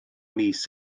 mis